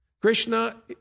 Krishna